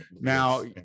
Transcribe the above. Now